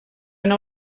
nau